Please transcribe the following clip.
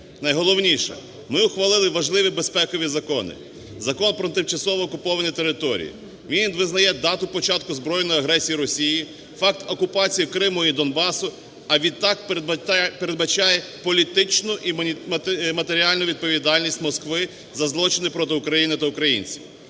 Найголовніше. Ми ухвалили важливі безпекові закони, Закон про тимчасово окуповані території, він визнає дату початку збройної агресії Росії, факт окупації Криму і Донбасу, а відтак передбачає політичну і матеріальну відповідальність Москви за злочини проти України та українців.